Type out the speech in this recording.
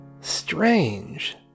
Strange